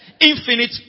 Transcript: Infinite